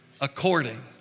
According